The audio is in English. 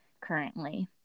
currently